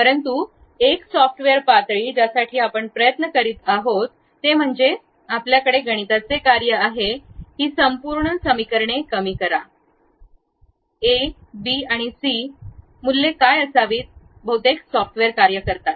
परंतु एक सॉफ्टवेअर पातळी ज्यासाठी आपण प्रयत्न करीत आहोत ते म्हणजे आपल्याकडे गणिताचे कार्य आहे ही संपूर्ण समीकरणे कमी करा अ बी सी मूल्ये काय असावीत बहुतेक सॉफ्टवेअर कार्य करतात